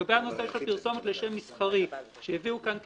לגבי הנושא של הפרסומת לשם מסחרי שהביאו כאן כתיקון,